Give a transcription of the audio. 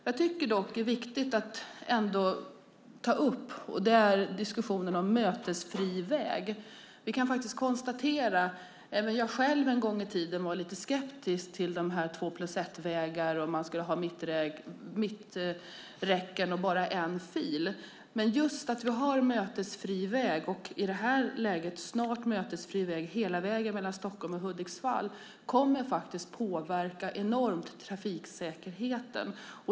Jag tycker dock att det är viktigt att ta upp diskussionen om mötesfri väg. Även jag själv var en gång i tiden lite skeptisk till två-plus-ett-vägarna med mitträcken och bara en fil. Men vi kan konstatera att detta att vi har mötesfri väg, och i det här läget snart mötesfri väg hela vägen mellan Stockholm och Hudiksvall, kommer att påverka trafiksäkerheten enormt.